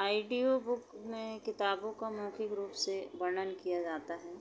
audio book में किताबों का मौखिक रूप से वर्णन किया जाता है